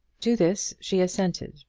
to this she assented,